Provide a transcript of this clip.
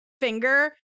finger